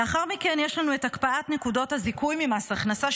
לאחר מכן יש לנו את הקפאת נקודות הזיכוי ממס הכנסה,